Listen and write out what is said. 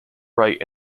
right